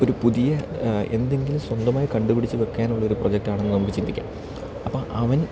ഒരു പുതിയ എന്തെങ്കിലും സ്വന്തമായി കണ്ടുപിടിച്ച് വെക്കാനുള്ള ഒരു പ്രൊജക്റ്റാണെന്ന് നമുക്ക് ചിന്തിക്കാം അപ്പം അവൻ